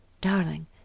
Darling